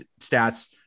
stats